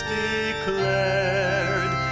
declared